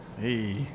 Hey